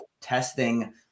testing